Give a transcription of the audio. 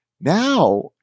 now